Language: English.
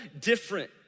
different